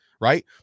right